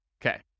Okay